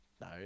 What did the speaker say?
No